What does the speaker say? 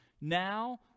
Now